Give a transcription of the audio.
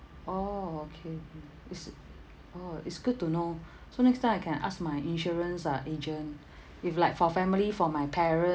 oh okay mm it's oh it's good to know so next time I can ask my insurance uh agent if like for family for my parents